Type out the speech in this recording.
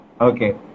Okay